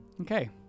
Okay